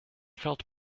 felt